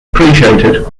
appreciated